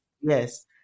Yes